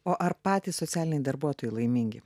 o ar patys socialiniai darbuotojai laimingi